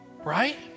Right